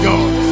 God